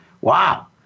wow